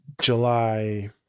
july